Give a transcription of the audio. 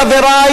רבותי,